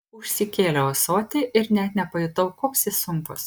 užsikėliau ąsotį ir net nepajutau koks jis sunkus